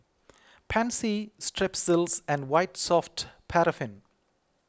Pansy Strepsils and White Soft Paraffin